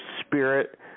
spirit